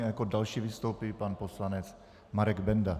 A jako další vystoupí pan poslanec Marek Benda.